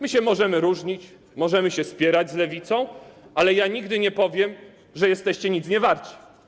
My możemy się różnić, możemy się spierać z Lewicą, ale nigdy nie powiem, że jesteście nic nie warci.